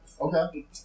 Okay